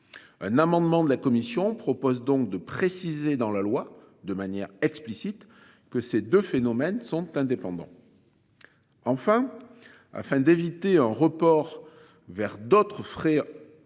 Un amendement de la commission propose donc de préciser dans la loi de manière explicite que ces deux phénomènes sont indépendants. Enfin, afin d'éviter un report vers d'autres frais.